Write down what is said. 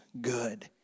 good